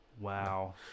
Wow